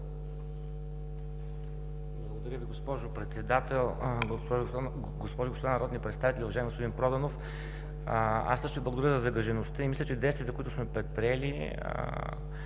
Благодаря Ви, госпожо Председател. Уважаеми господа народни представители, уважаеми господин Проданов! Аз също благодаря за загрижеността и мисля, че действията, които сме предприели,